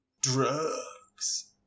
Drugs